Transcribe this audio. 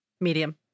medium